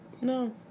No